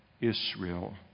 Israel